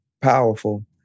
powerful